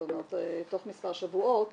זאת אומרת תוך מספר שבועות